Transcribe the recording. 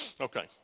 Okay